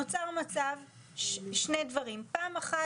נוצרים שני דברים: ראשית,